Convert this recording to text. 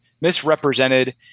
misrepresented